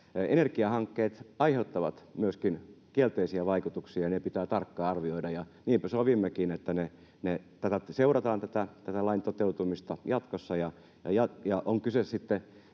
Energiahankkeet aiheuttavat myöskin kielteisiä vaikutuksia, ja ne pitää tarkkaan arvioida. Niinpä sovimmekin, että seurataan tätä lain toteutumista jatkossa,